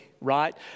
right